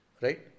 Right